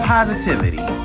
Positivity